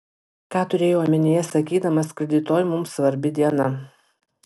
ką turėjai omenyje sakydamas kad rytoj mums svarbi diena